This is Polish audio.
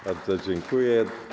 Bardzo dziękuję.